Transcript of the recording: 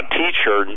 teacher